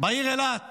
בעיר אילת